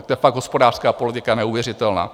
Tak to je fakt hospodářská politika neuvěřitelná!